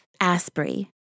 Asprey